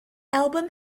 album